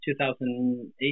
2008